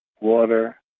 water